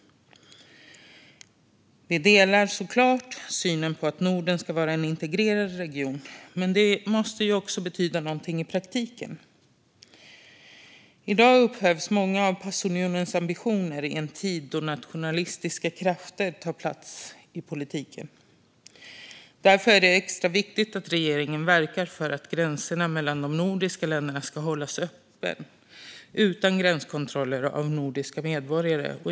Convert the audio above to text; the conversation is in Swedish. Vi delar såklart synen att Norden ska vara en integrerad region, men detta måste också betyda något i praktiken. I dag upphävs många av passunionens ambitioner i en tid då nationalistiska krafter tar plats i politiken. Därför är det extra viktigt att regeringen verkar för att gränserna mellan de nordiska länderna ska hållas öppna utan gränskontroller för nordiska medborgare.